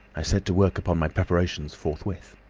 i set to work upon my preparations forthwith.